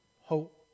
hope